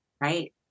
right